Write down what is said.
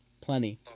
Plenty